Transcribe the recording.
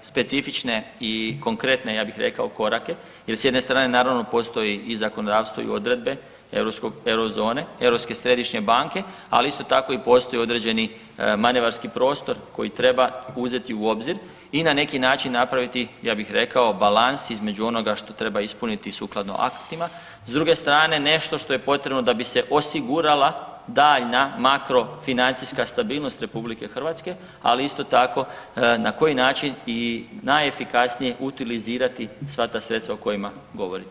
specifične i konkretne ja bih rekao korake jer s jedne strane naravno postoji i zakonodavstvo i odredbe europskog, eurozone, Europske središnje banke, ali isto tako i postoji određeni manevarski prostor koji treba uzeti u obzir i na neki način napraviti ja bih rekao balans između onoga što treba ispuniti sukladno aktima, s druge strane nešto što je potrebno da bi se osigurala daljnja makro financijska stabilnost RH, ali isto tako na koji način i najefikasnije utilizirati sva ta sredstva o kojima govorite i vi